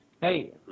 Hey